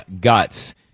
guts